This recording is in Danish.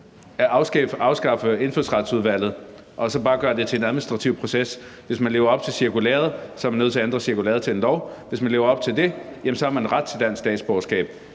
at afskaffe Indfødsretsudvalget og så bare gøre det til en administrativ proces. Hvis man lever op til cirkulæret, er cirkulæret nødt til at blive ændret til en lov, og hvis man lever op til den, har man ret til dansk statsborgerskab.